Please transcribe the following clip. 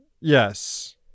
Yes